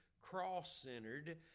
cross-centered